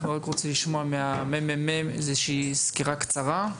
אנחנו רוצים לשמוע ממרכז המחקר והמידע בכנסת סקירה קצרה.